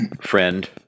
friend